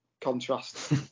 contrast